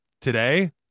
today